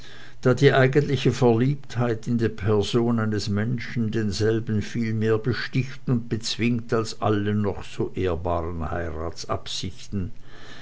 da die eigentliche verliebtheit in die person eines menschen denselben viel mehr besticht und bezwingt als alle noch so ehrbaren